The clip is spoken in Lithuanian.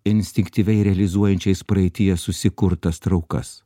instinktyviai realizuojančiais praeityje susikurtas traukas